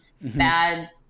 bad